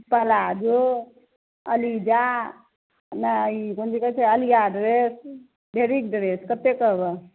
palazzo अलीजा ई कोन चीज कहय छै आलिया ड्रेस ढेरिक ड्रेस कते कहबऽ